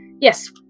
yes